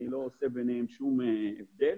אני לא עושה ביניהן שום הבדל.